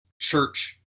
church